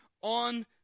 on